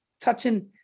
touching